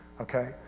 okay